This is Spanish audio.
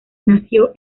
nació